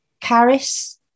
Caris